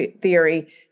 theory